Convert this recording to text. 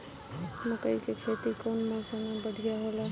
मकई के खेती कउन मौसम में बढ़िया होला?